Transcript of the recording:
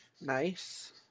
Nice